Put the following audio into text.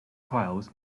trials